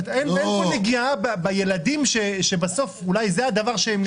אין כאן התייחסות לילדים שבסוף זה אולי הדבר שהם נהנים ממנו.